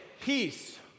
peace